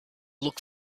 look